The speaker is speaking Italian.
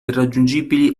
irraggiungibili